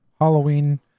Halloween